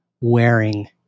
wearing